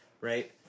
Right